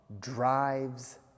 drives